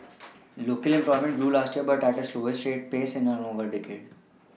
local employment grew last year but at the slowest pace in over a decade